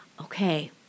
Okay